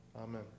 Amen